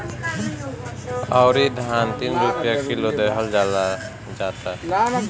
अउरी धान तीन रुपिया किलो देहल जाता